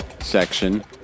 section